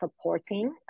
supporting